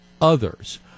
others